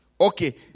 Okay